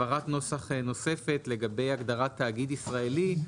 הבהרת נוסח נוספת לגבי הגדרת תאגיד ישראלי,